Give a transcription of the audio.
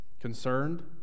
Concerned